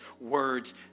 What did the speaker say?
words